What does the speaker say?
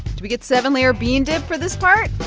do we get seven-layer bean dip for this part?